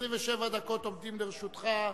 27 דקות עומדות לרשותך.